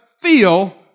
feel